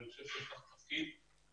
אני חושב שיש לך תפקיד מכריע,